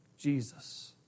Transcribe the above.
Jesus